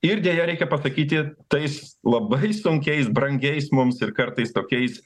ir deja reikia pasakyti tais labai sunkiais brangiais mums ir kartais tokiais